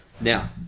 Now